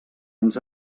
ens